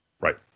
Right